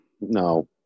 No